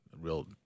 real